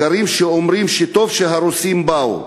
בקרים שאומרים שטוב שהרוסים באו.